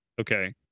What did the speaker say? Okay